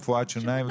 רפואת שיניים,